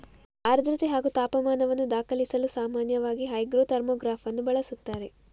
ಆರ್ದ್ರತೆ ಹಾಗೂ ತಾಪಮಾನವನ್ನು ದಾಖಲಿಸಲು ಸಾಮಾನ್ಯವಾಗಿ ಹೈಗ್ರೋ ಥರ್ಮೋಗ್ರಾಫನ್ನು ಬಳಸುತ್ತಾರೆ